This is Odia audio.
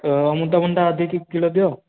ତ ଅମୃତଭଣ୍ଡା ଦୁଇ ଦୁଇ କିଲୋ ଦିଅ